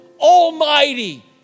almighty